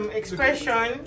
expression